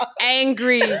angry